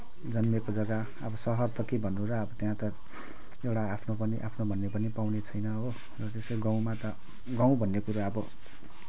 जन्मेको जग्गा अब सहर त के भनौँ र अब त्यहाँ त एउटा आफ्नो भन्ने आफ्नो भन्ने पनि पाउनेछैन हो र त्यसरी गाउँमा त गाउँ भन्ने कुरा अब